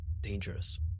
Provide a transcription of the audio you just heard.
Dangerous